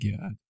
God